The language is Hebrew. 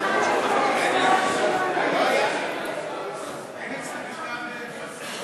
לוועדה שתקבע ועדת הכנסת נתקבלה.